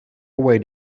way